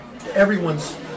everyone's